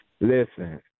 Listen